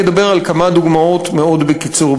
אני אדבר על כמה דוגמאות מאוד בקיצור,